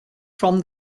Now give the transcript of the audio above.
from